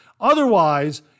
Otherwise